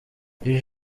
iri